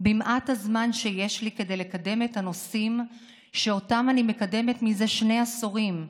במעט הזמן שיש לי כדי לקדם את הנושאים שאותם אני מקדמת זה שני עשורים: